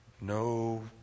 No